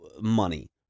money